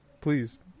please